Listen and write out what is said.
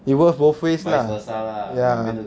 it work both ways lah ya